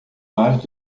mais